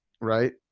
right